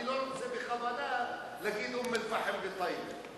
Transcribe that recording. אני לא רוצה, בכוונה, להגיד אום-אל-פחם וטייבה.